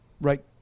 right